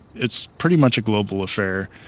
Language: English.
it's pretty much a global affair.